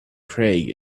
craig